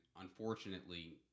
unfortunately